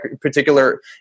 particular